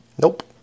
Nope